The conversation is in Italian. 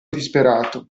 disperato